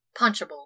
Punchable